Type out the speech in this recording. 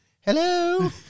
Hello